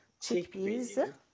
Chickpeas